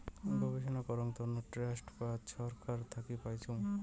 গবেষণা করাং তন্ন ট্রাস্ট বা ছরকার থাকি পাইচুঙ